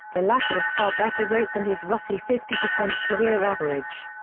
the latter a far better rate than his roughly fifty percent career average.